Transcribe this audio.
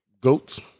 Goats